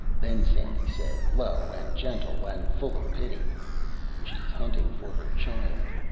then sandy said, low and gentle, and full of pity she's hunting for her child!